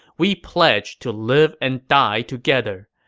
we pledged to live and die together.